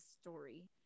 story